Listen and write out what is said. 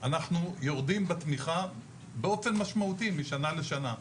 אנחנו יורדים בתמיכה באופן משמעותי משנה לשנה.